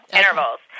intervals